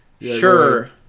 Sure